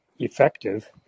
effective